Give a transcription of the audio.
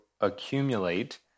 accumulate